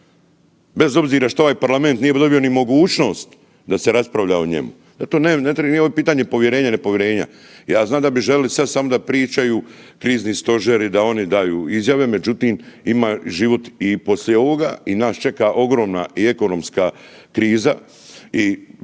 Bez obzira što ovaj parlament nije dobio ni mogućnost da se raspravlja o njemu. To ne, nije ovo pitanje povjerenja, nepovjerenja. Ja znam da bi željeli sad samo da pričaju krizni stožeri, da oni daju izjave, međutim, ima život i poslije ovoga i nas čeka ogromna i ekonomska kriza